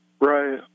Right